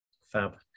Fab